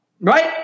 right